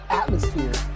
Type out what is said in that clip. atmosphere